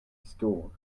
stall